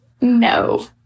no